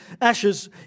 ashes